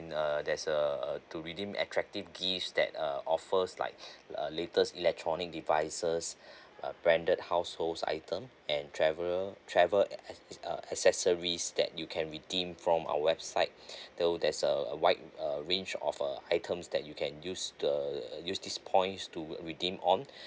there's a uh to redeem attractive gifts that uh offers like uh latest electronic devices uh branded household item and travel uh travel ac~ accessories that you can redeem from our website so there's a a wide uh range of uh items that you can use the use these points to redeem on